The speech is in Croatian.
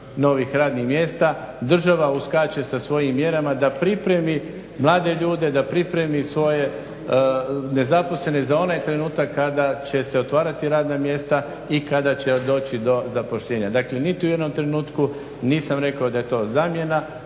novih radnih mjesta država uskače sa svojim mjerama da pripremi mlade ljude, da pripremi svoje nezaposlene za onaj trenutak kada će se otvarati radna mjesta i kada će doći do zaposlenja. Dakle niti u jednom trenutku nisam rekao da je to zamjena,